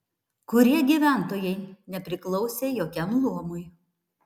kurie gyventojai nepriklausė jokiam luomui